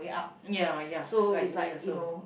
ya ya cause like me also